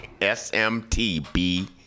S-M-T-B